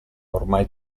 ormai